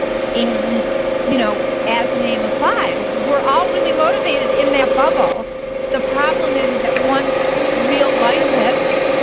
and you know as the name applies, we're all really motivated in that bubble the problem is is that once real life hits,